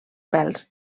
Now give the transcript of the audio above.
pèls